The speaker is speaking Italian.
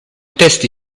testi